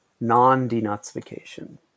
non-Denazification